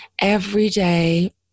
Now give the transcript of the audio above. everyday